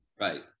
Right